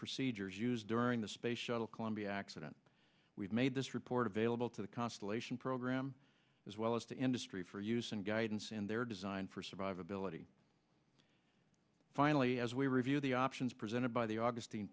procedures used during the space shuttle columbia accident we've made this report available to the constellation program as well as to industry for use and guidance in their design for survivability finally as we review the options presented by the augustine